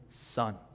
son